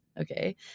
okay